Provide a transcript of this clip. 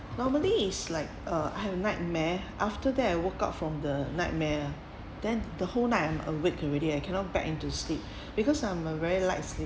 normally is like uh I have nightmare after that I woke up from the nightmare lah then the whole night I awake weird already I cannot back into sleep because I'm a light sleeper